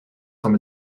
from